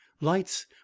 lights